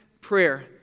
prayer